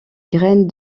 graines